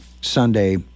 Sunday